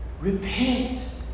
Repent